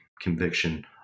conviction